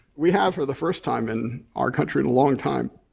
we have, for the first time in our country in a long time,